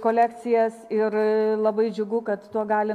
kolekcijas ir labai džiugu kad tuo gali